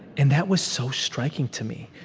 and that was so striking to me.